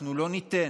אנחנו לא ניתן